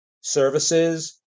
services